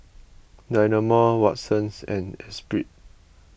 Dynamo Watsons and Espirit